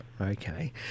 Okay